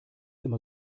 immer